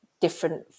different